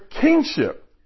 kingship